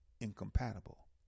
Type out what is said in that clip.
incompatible